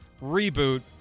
reboot